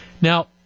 Now